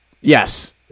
yes